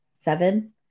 seven